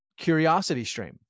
CuriosityStream